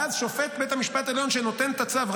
ואז שופט בית המשפט העליון שנותן את הצו,